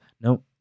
no